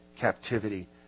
captivity